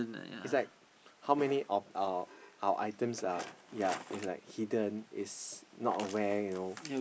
is like how many of our our items are yea is like hidden is not aware you know